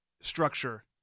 structure